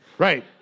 Right